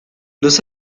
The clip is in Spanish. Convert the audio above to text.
los